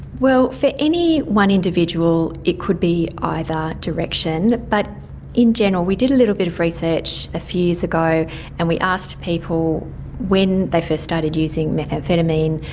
well, for any one individual it could be either direction. but in general, we did a little bit of research a few years ago and we asked people when they first started using methamphetamine,